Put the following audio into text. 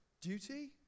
duty